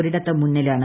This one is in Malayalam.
ഒരിടത്ത് മുന്നിലാണ്